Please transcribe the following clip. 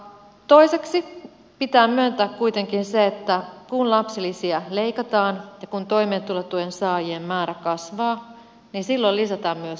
toiseksi pitää myöntää kuitenkin se että kun lapsilisiä leikataan ja toimeentulotuen saajien määrä kasvaa niin silloin lisätään myöskin köyhien määrää